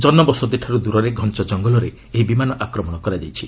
ଜନବସତିଠାରୁ ଦୂରରେ ଘଞ୍ଚ କଙ୍ଗଲରେ ଏହି ବିମାନ ଆକ୍ରମଣ କରାଯାଇଛି